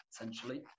essentially